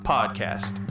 Podcast